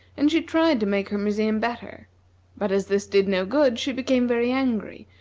and she tried to make her museum better but as this did no good, she became very angry,